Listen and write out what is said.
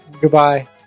Goodbye